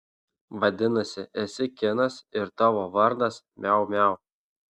vadinasi esi kinas ir tavo vardas miau miau